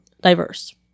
diverse